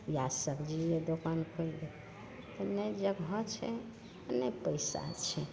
या सबजिए दोकान खोलि दै तऽ नहि जगह छै नहि पइसा छै